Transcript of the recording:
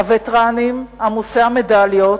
הווטרנים, עמוסי המדליות,